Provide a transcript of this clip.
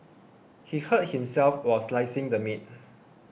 he hurt himself while slicing the meat